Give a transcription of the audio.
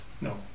No